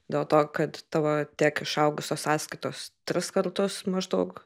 dėl to kad tavo tiek išaugusios sąskaitos tris kartus maždaug